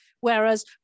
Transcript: whereas